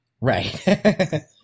right